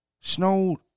snowed